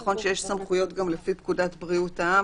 נכון שיש גם סמכויות לפי פקודת בריאות העם,